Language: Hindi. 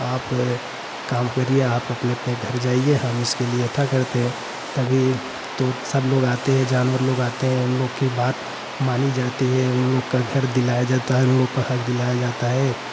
आप काम करिए आप अपने अपने घर जाइए हम इसके लिए यथा करते हैं तभी तो सब लोग आते हैं जानवर लोग आते हैं उन लोग की बात मानी जाती है उन लोग का घर दिलाया जाता है उन लोग का हक दिलाया जाता है